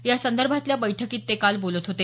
यासंदर्भातल्या बैठकीत ते काल बोलत होते